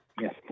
yes